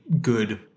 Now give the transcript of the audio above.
good